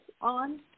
on